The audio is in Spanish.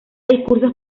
discursos